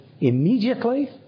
immediately